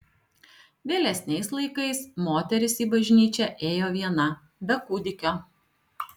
vėlesniais laikais moteris į bažnyčią ėjo viena be kūdikio